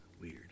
Weird